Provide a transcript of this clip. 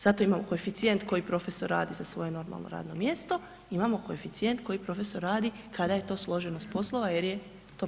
Zato imamo koeficijent koji profesor radi za svoje normalno radno mjesto, imamo koeficijent koji profesor radi, kada je to složenost poslova jer je to potrebno.